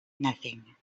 nothing